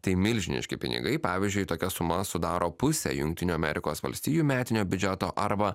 tai milžiniški pinigai pavyzdžiui tokia suma sudaro pusę jungtinių amerikos valstijų metinio biudžeto arba